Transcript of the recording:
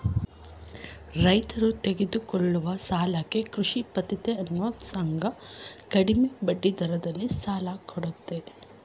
ರೈತರು ತೆಗೆದುಕೊಳ್ಳುವ ಸಾಲಕ್ಕೆ ಕೃಷಿ ಪತ್ತಿನ ಸಂಘ ಕಡಿಮೆ ಬಡ್ಡಿದರದಲ್ಲಿ ಸಾಲ ಕೊಡುತ್ತೆ